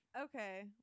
Okay